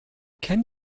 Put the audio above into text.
can